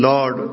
Lord